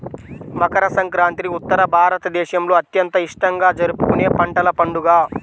మకర సంక్రాంతి ఉత్తర భారతదేశంలో అత్యంత ఇష్టంగా జరుపుకునే పంటల పండుగ